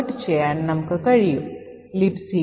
ഉദാഹരണത്തിന് gcc canaries 2